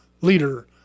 leader